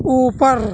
اوپر